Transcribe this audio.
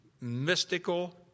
mystical